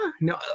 no